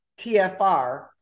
TFR